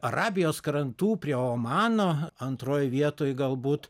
arabijos krantų prie omano antroj vietoj galbūt